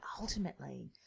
ultimately